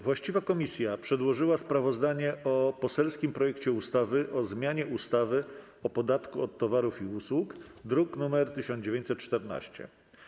Właściwa komisja przedłożyła sprawozdanie o poselskim projekcie ustawy o zmianie ustawy o podatku od towarów i usług, druk nr 1914.